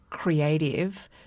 creative